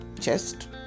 chest